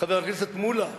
חבר הכנסת מולה,